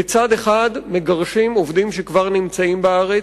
בצד אחד מגרשים עובדים שכבר נמצאים בארץ,